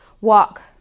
walk